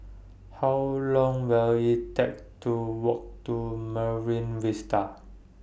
How Long Will IT Take to Walk to Marine Vista